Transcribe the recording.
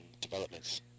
developments